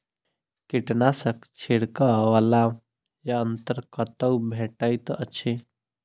कीटनाशक छिड़कअ वला यन्त्र कतौ भेटैत अछि?